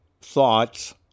thoughts